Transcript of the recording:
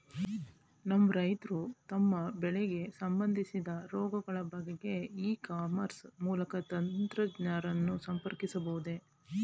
ನಮ್ಮ ರೈತರು ತಮ್ಮ ಬೆಳೆಗೆ ಸಂಬಂದಿಸಿದ ರೋಗಗಳ ಬಗೆಗೆ ಇ ಕಾಮರ್ಸ್ ಮೂಲಕ ತಜ್ಞರನ್ನು ಸಂಪರ್ಕಿಸಬಹುದೇ?